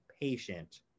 patient